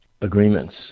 agreements